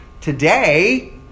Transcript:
today